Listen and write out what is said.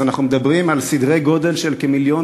אז אנחנו מדברים על סדרי-גודל של כמיליון,